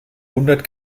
hundert